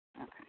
Okay